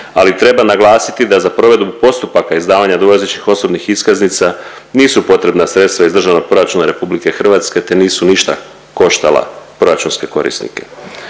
ali treba naglasiti da za provedbu postupaka izdavanja dvojezičnih osobnih iskaznica nisu potrebna sredstva iz Državnog proračuna RH, te nisu ništa koštala proračunske korisnike.